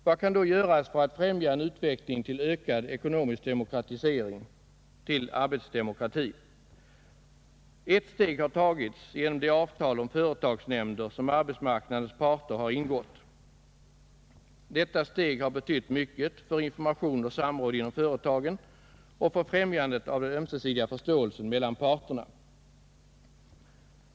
Vad kan då göras för att främja en utveckling till ökad ekonomisk demokratisering, till arbetsdemokrati? Ett steg har tagits genom det avtal om företagsnämnder som arbetsmarknadens parter har ingått. Detta steg har betytt mycket för information och samråd inom företagen och för främjandet av den ömsesidiga förståelsen mellan parterna.